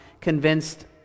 convinced